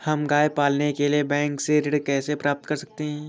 हम गाय पालने के लिए बैंक से ऋण कैसे प्राप्त कर सकते हैं?